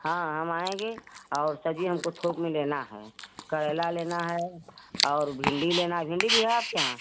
हाँ हम आएँगे और सब्जी हमको थोक में लेना है करैला लेना है और भिंडी लेना है भिंडी भी है आपके यहाँ